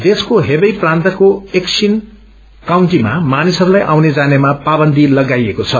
देशको हेवेई प्रान्तको एंक्सिन काउन्टीमा मानिसहरूलाई आउने जानेमा पाकन्दी लगाइएको छ